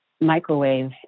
microwave